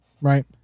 right